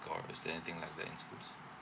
or is there anything like that in schools